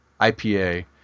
IPA